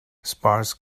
sparse